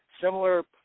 similar